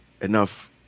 enough